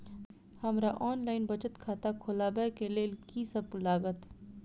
हमरा ऑनलाइन बचत खाता खोलाबै केँ लेल की सब लागत?